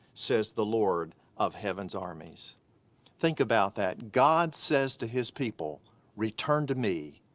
says the lord of heaven's armies think about that. god says to his people return to me,